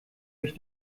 mich